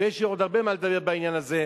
ויש לי עוד הרבה מה לדבר בעניין הזה,